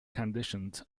conditioned